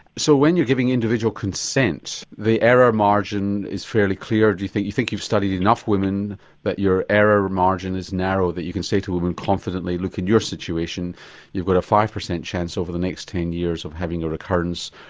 so when you're giving individual consent, the error margin is fairly clear, do you think you think you've studied enough women that your error margin is narrow, that you can say to a woman confidently, look in your situation you've got a five percent chance over the next ten years of having a recurrence,